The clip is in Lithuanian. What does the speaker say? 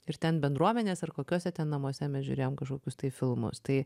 ir ten bendruomenės ar kokiuose ten namuose mes žiūrėjome kažkokius tai filmus tai